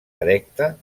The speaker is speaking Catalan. erecta